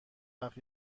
وقت